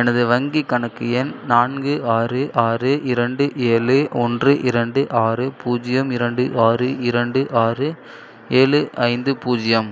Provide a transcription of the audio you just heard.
எனது வங்கிக் கணக்கு எண் நான்கு ஆறு ஆறு இரண்டு ஏழு ஒன்று இரண்டு ஆறு பூஜ்ஜியம் இரண்டு ஆறு இரண்டு ஆறு ஏழு ஐந்து பூஜ்ஜியம்